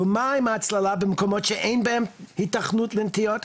ומה עם ההצללה במקומות שאין בהם היתכנות לנטיעות?